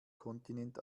kontinent